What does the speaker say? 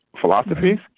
philosophies